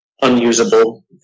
unusable